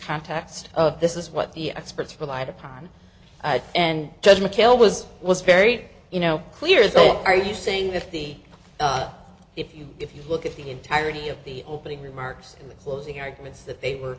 context of this is what the experts relied upon and judge mchale was was very you know clear is all are you saying that the if you if you look at the entirety of the opening remarks closing arguments that they were